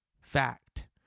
Fact